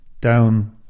down